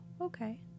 Okay